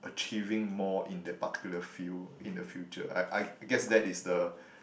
achieving more in that particular field in the future I I guess that is the